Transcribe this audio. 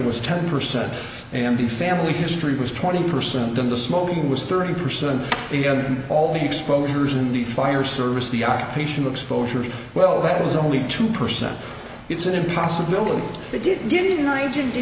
was ten percent and the family history was twenty percent of the smoking was thirty percent in all the exposures in the fire service the occupational exposure well that was only two percent it's an impossibility they didn't